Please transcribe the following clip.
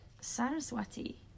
Saraswati